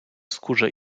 skórze